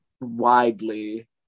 widely